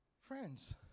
Friends